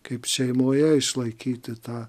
kaip šeimoje išlaikyti tą